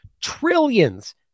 trillions